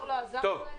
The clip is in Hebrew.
אני